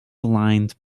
aligned